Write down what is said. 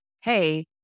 hey